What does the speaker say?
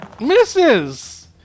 Misses